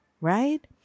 right